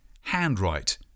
handwrite